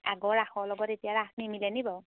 আগৰ ৰাসৰ লগত এতিয়াৰ ৰাস নিমিলে নেকি বাৰু